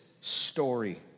story